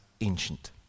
ancient